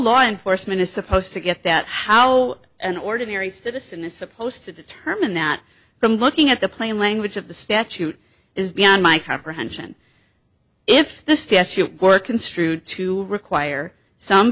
law enforcement is supposed to get that how an ordinary citizen is supposed to determine that from looking at the plain language of the statute is beyond my comprehension if the statute work construed to require some